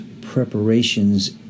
preparations